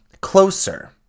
closer